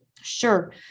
Sure